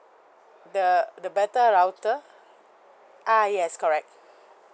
the the better router ah yes correct